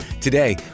Today